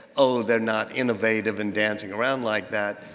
oh, they're not innovative and dancing around like that.